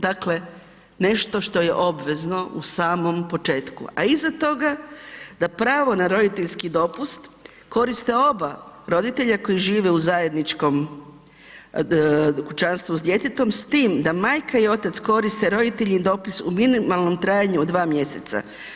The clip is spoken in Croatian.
Dakle, nešto što je obvezno u samom početku, a iza toga, da pravo na roditeljski dopust koriste oba roditelja koji žive u zajedničkom kućanstvu s djetetom s tim da majka i otac koriste roditeljni dopust u minimalnom trajanju od 2 mjeseca.